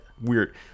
weird